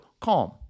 CALM